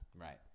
Right